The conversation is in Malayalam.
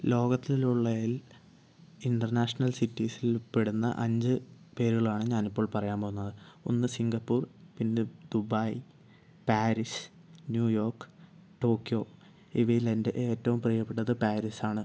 ലോകത്തിലുള്ളതിൽ ഇൻറ്റർനാഷണൽ സിറ്റീസിൽ ഉൾപ്പെടുന്ന അഞ്ച് പേരുകളാണ് ഞാൻ ഇപ്പോൾ പറയാൻ പോവുന്നത് ഒന്ന് സിംഗപ്പൂർ പിന്നെ ദുബായ് പാരിസ് ന്യൂയോർക്ക് ടോക്കിയോ ഇവയിലെൻ്റെ ഏറ്റവും പ്രിയപ്പെട്ടത് പാരിസാണ്